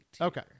Okay